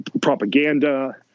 propaganda